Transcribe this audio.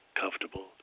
comfortable